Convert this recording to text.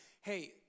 Hey